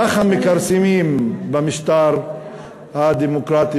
ככה מכרסמים במשטר הדמוקרטי,